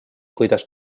kuidas